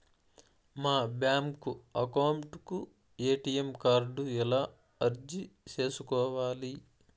మా bank account కు ATM card ఎలా అర్జీ సేసుకోవాలి?